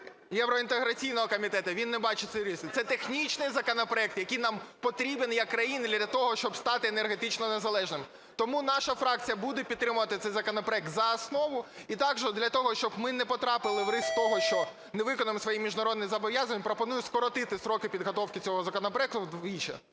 євроінтеграційного комітету, він не бачить цих ризиків. Це технічний законопроект, який нам потрібен як країні для того, щоб стати енергетично незалежною. Тому наша фракція буде підтримувати цей законопроект за основу. І також для того, щоб ми не потрапили в ризик того, що не виконали своїх міжнародних зобов'язань, пропоную скоротити строки підготовки цього законопроекту вдвічі.